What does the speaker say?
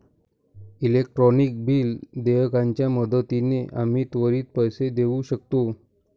electronic bill देयकाच्या मदतीने आम्ही त्वरित पैसे देऊ शकतो